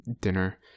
dinner